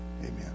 Amen